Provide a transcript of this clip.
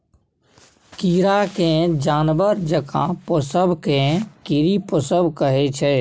कीरा केँ जानबर जकाँ पोसब केँ कीरी पोसब कहय छै